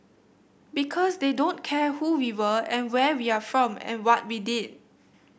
because they don't care who we were and where we are from and what we did